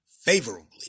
favorably